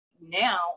now